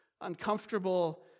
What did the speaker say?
uncomfortable